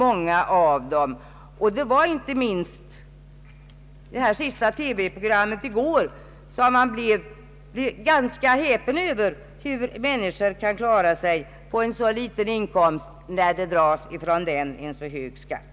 Inte minst det TV program som sändes i går gjorde att man blev häpen över hur människor kunde klara sig på en så låg inkomst samtidigt som de betalade så hög skatt.